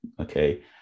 okay